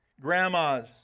grandmas